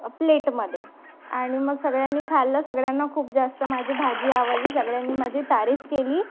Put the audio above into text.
प्लेटमध्ये आणि मग सगळ्यांनी खाल्लं सगळ्यांना खूप जास्त माझी भाजी आवडली सगळ्यांनी माझी तारीफ केली